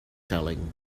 telling